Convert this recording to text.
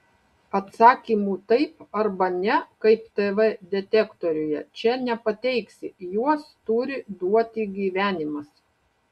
atsakymų taip arba ne kaip tv detektoriuje čia nepateiksi juos turi duoti gyvenimas